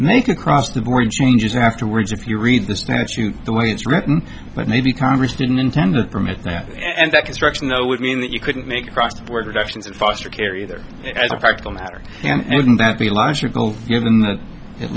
it across the board changes afterwards if you read the statute the way it's written but maybe con didn't intend to permit that and that construction though would mean that you couldn't make cross border actions in foster care either as a practical matter and wouldn't that be logical given that at